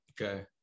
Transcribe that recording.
Okay